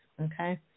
okay